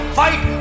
fight